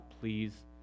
please